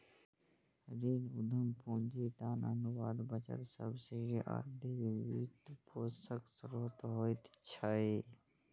ऋण, उद्यम पूंजी, दान, अनुदान, बचत, सब्सिडी आदि वित्तपोषणक स्रोत होइ छै